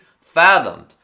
fathomed